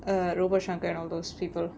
err robo shankar and all those people